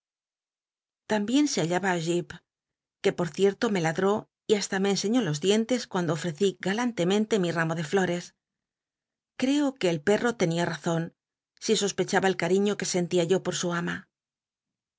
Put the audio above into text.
mbien se hallaba jip que por cier'lo me ladró y hasta me enseñó los dientes cuando ofrecí galantemen te mi ramo de flotcs creo que el pcrro tenia razon si sospechaba el cariño que senti t yo por su ama